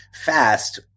fast